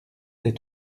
des